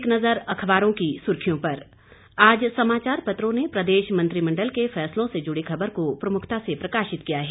एक नज़र अखबारों की सुर्खियों पर आज समाचार पत्रों ने प्रदेश मंत्रिमंडल के फैसलों से जुड़ी खबर को प्रमुखता से प्रकाशित किया है